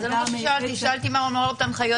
שאלתי מה אומרות הנחיות